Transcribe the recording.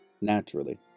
naturally